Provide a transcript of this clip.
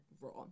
Raw